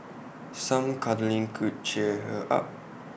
some cuddling could cheer her up